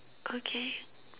okay